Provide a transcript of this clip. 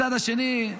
הצד השני,